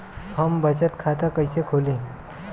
हम बचत खाता कइसे खोलीं?